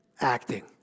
acting